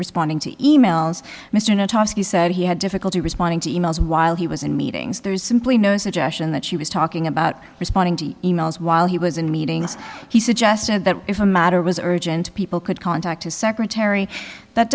responding to emails mr natonski said he had difficulty responding to emails while he was in meetings there is simply no suggestion that she was talking about responding to emails while he was in meetings he suggested that if a matter was urgent people could contact his secretary that